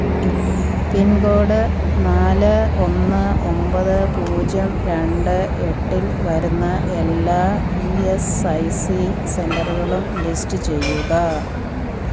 ഇല്ല pin code നാല് ഒന്ന് ഒമ്പത് പൂജ്യം രണ്ട് എട്ടിൽ വരുന്ന എല്ലാ ഈ എസ് ഐ സീ സെന്ററുകളും ലിസ്റ്റ് ചെയ്യുക